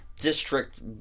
district